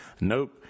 Nope